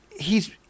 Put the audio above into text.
hes